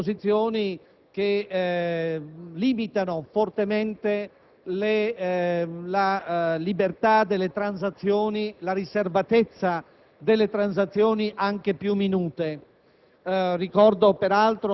che introduce disposizioni che limitano fortemente la libertà e la riservatezza delle transazioni anche più minute.